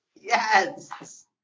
Yes